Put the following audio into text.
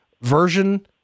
version